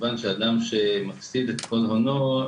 כמובן שאדם שמפסיד את כל הונו,